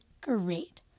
great